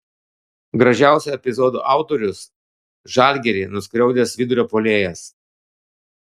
gražiausio epizodo autorius žalgirį nuskriaudęs vidurio puolėjas